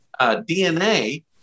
DNA